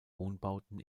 wohnbauten